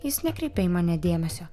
jis nekreipė į mane dėmesio